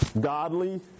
godly